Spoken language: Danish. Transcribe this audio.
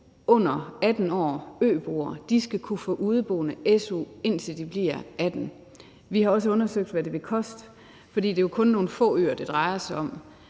under 18 år skal kunne få su for udeboende, indtil de bliver 18 år. Vi har også undersøgt, hvad det vil koste, for det er jo kun nogle få øer, det drejer sig om,